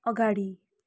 अगाडि